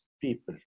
people